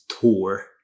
tour